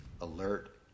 alert